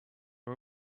are